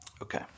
Okay